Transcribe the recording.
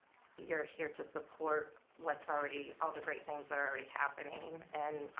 you're here to support what's already, all the great things that are already happening. and